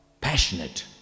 Passionate